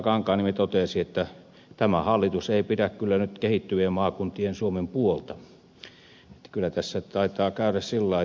kankaanniemi totesi että tämä hallitus ei pidä kyllä nyt kehittyvien maakuntien suomen puolta kyllä tässä taitaa käydä siten